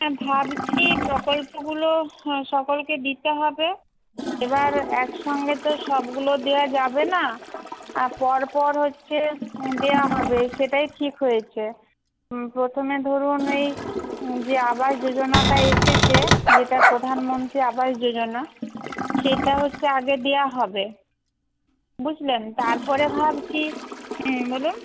হ্যাঁ ভাবছি প্রকল্পগুলো হ্যাঁ সকলকে দিতে হবে এবার এক সঙ্গে তো সবগুলো দেওয়া যাবে না আর পরপর হচ্ছে দেয়া হবে সেটাই ঠিক হয়েছে প্রথমে ধরুন এই যে আবাস যোজনাটা এসেছে যেটা প্রধানমন্ত্রী আবাস যোজনা সেইটা হচ্ছে আগে দেয়া হবে বুঝলেন তারপরে ভাবছি হুম বলুন